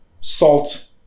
salt